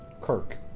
Kirk